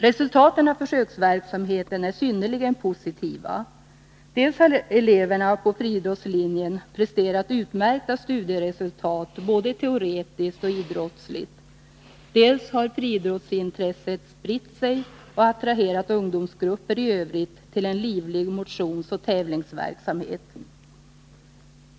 Resultaten av försöksverksamheten är synnerligen positiva: dels har eleverna på friidrottslinjen presterat utmärkta studieresultat både teoretiskt och idrottsligt, dels har friidrottsintresset spritt sig och attraherat ungdomsgrupper i övrigt till en livlig motionsoch tävlingsverksamhet.